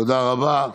תודה רבה.